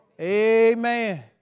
Amen